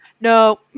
no